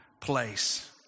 place